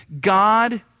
God